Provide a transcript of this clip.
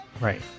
Right